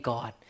God